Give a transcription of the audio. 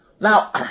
Now